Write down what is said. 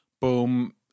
Boom